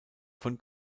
von